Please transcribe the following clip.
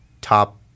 top